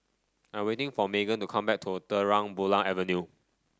I'm waiting for Magen to come back to Terang Bulan Avenue